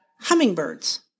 hummingbirds